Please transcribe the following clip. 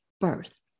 birth